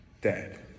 dead